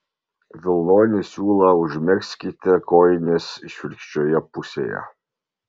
vilnonį siūlą užmegzkite kojinės išvirkščioje pusėje